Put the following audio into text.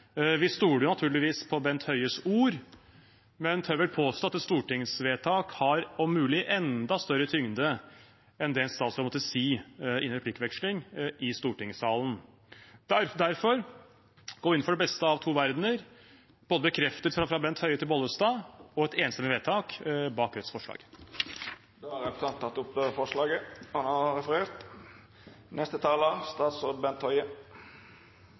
Vi stoler naturligvis på statsråd Bent Høies ord, men tør vel påstå at et stortingsvedtak har om mulig enda større tyngde enn det en statsråd måtte si i en replikkveksling i stortingssalen. Derfor går vi inn for det beste av to verdener: både en bekreftelse fra Bent Høie til Bollestad og et enstemmig vedtak av Rødts forslag. Representanten Bjørnar Moxnes har teke opp det forslaget han